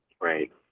Right